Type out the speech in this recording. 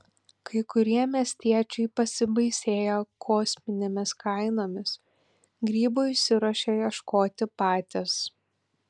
kai kurie miestiečiai pasibaisėję kosminėmis kainomis grybų išsiruošia ieškoti patys